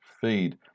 feed